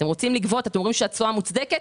אתם רוצים לגבות, ואתם אומרים שהתשואה מוצדקת?